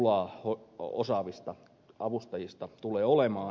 pulaa osaavista avustajista tulee olemaan